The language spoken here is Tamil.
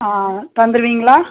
ஆ தந்துடுவீங்களா